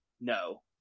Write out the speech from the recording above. no